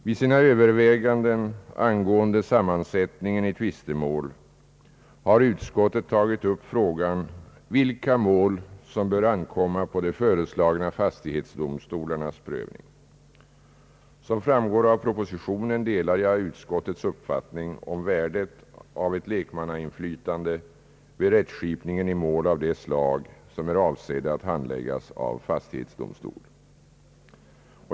Vid sina överväganden angående sammansättningen i tvistemål har utskottet tagit upp frågan vilka mål som bör ankomma på de föreslagna fastighetsdomstolarnas prövning. Som framgår av propositionen delar jag utskottets uppfattning om värdet av ett lekmannainflytande vid rättskipningen i mål av det slag som är avsedda att handläggas av fastighetsdomstol.